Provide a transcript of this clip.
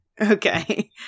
Okay